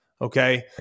Okay